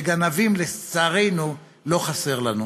וגנבים, לצערנו, לא חסרים לנו.